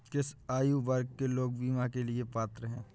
किस आयु वर्ग के लोग बीमा के लिए पात्र हैं?